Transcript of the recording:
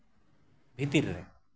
ᱵᱷᱤᱛᱤᱨ ᱨᱮ